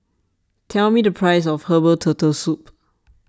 tell me the price of Herbal Turtle Soup